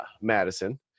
madison